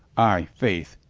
ay, faith,